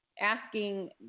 asking